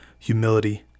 humility